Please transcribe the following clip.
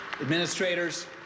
Administrators